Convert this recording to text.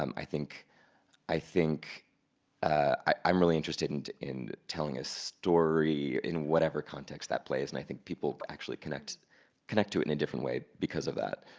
um i think i think i'm really interested in in telling a story in whatever context that plays and i think people actually connect connect to it in a different way because of that.